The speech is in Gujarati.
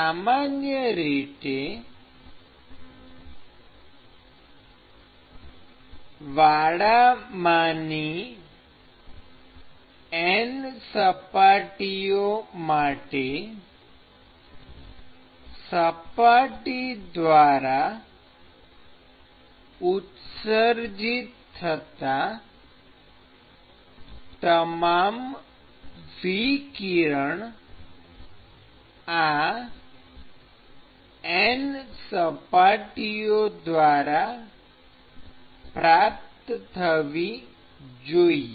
સામાન્ય રીતે વાડામાંની N સપાટીઓ માટે સપાટી દ્વારા ઉત્સર્જિત થતાં તમામ વિકિરણ આ N સપાટીઓ દ્વારા પ્રાપ્ત થવી જોઈએ